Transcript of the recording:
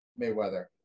Mayweather